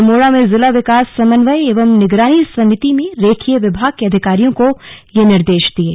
अल्मोड़ा में जिला विकास समन्वय एवं निगरानी समिति दिशा में रेखीय विभाग के अधिकारियों को ये निर्देश दिये